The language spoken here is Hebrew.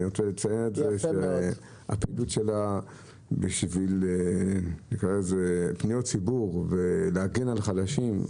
אני רוצה לציין שהפעילות שלך בשביל פניות הציבור והגנה על חלשים,